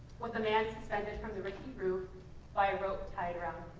with a man suspended from the rickety roof by a rope tied around